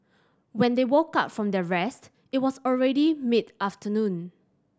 when they woke up from their rest it was already mid afternoon